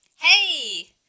hey